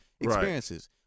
experiences